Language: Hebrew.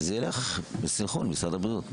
שזה יהיה בסנכרון עם משרד הבריאות.